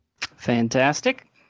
Fantastic